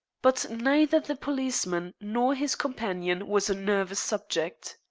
but neither the policeman nor his companion was a nervous subject.